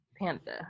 Panther